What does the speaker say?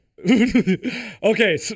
okay